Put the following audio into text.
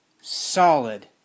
solid